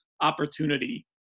opportunity